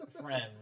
friends